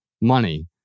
money